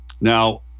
Now